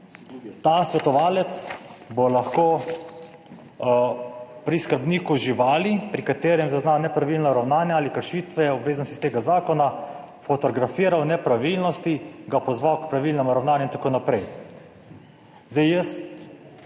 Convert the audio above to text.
»Ta svetovalec bo lahko pri skrbniku živali, pri katerem zazna nepravilna ravnanja ali kršitve obveznosti iz tega zakona fotografiral nepravilnosti, ga pozval k pravilnemu ravnanju in tako naprej.« Zdaj, jaz,